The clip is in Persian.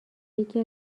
یکی